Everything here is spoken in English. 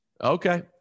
Okay